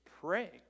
Pray